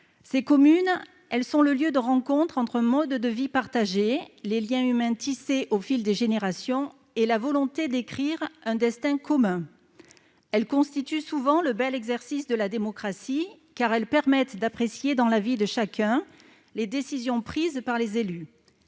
Ces communes, elles sont le lieu de rencontre entre les modes de vie partagés, les liens humains tissés au fil des générations et la volonté d'écrire un destin commun. Elles constituent souvent le bel exercice de la démocratie, car elles permettent d'apprécier, dans la vie de chacun, les décisions prises par les élus.